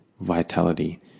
vitality